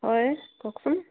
হয় কওকচোন